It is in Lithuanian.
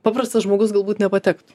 paprastas žmogus galbūt nepatektų